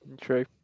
True